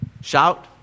Shout